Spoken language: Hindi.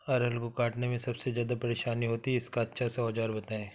अरहर को काटने में सबसे ज्यादा परेशानी होती है इसका अच्छा सा औजार बताएं?